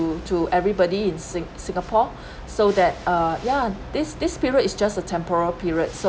to to everybody in sin~singapore so that uh ya this this period is just a temporal period so